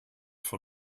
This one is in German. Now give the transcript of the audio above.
von